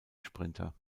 sprinter